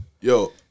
Yo